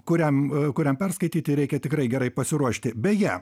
kuriam kuriam perskaityti reikia tikrai gerai pasiruošti beje